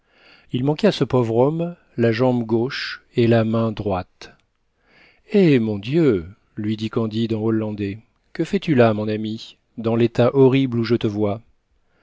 il manquait à ce pauvre homme la jambe gauche et la main droite eh mon dieu lui dit candide en hollandais que fais-tu là mon ami dans l'état horrible où je te vois